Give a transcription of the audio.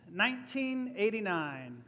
1989